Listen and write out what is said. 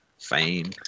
fame